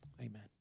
Amen